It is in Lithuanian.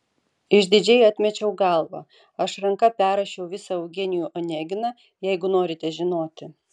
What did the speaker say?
išdidžiai atmečiau galvą aš ranka perrašiau visą eugenijų oneginą jeigu norite žinoti